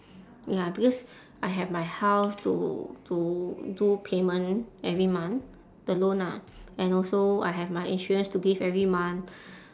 ya because I have my house to to do payment every month the loan ah and also I have my insurance to give every month